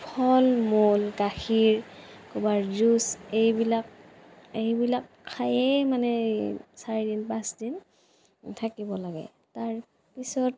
ফল মূল গাখীৰ ক'ৰবাৰ জুচ এইবিলাক এইবিলাক খায়েই মানে এই চাৰিদিন পাঁচদিন থাকিব লাগে তাৰপিছত